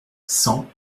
cent